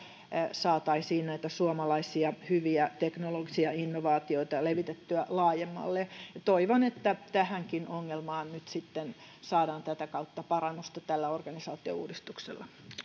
saataisiin näitä suomalaisia hyviä teknologisia innovaatioita levitettyä laajemmalle toivon että tähänkin ongelmaan nyt sitten saadaan parannusta tämän organisaatiouudistuksen